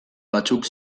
batzuk